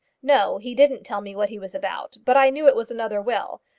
no he didn't tell me what he was about but i knew it was another will.